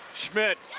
schmitt.